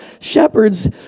shepherds